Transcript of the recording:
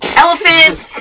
elephants